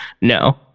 No